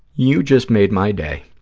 you just made my day.